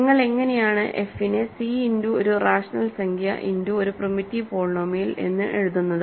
നിങ്ങൾ എങ്ങനെയാണ് എഫ് നെ സി ഇന്റു ഒരു റാഷണൽ സംഖ്യ ഇന്റു ഒരു പ്രിമിറ്റീവ് പോളിനോമിയൽ എന്ന് എഴുതുന്നത്